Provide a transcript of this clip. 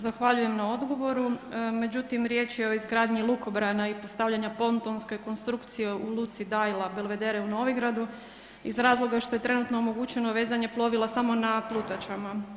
Zahvaljujem na odgovor međutim riječ je o izgradnji lukobrana i postavljanja pontonske konstrukcije u luci Dajla-Belvedere u Novigradu iz razloga što je trenutno omogućeno vezanje plovila samo na plutačama.